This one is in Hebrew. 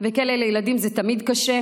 וכלא לילדים זה תמיד קשה,